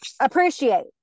appreciate